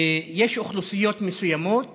ויש אוכלוסיות מסוימות